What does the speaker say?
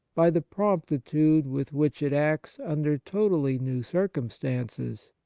by the promptitude with which it acts under totally new circum stances,